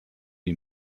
die